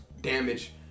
damage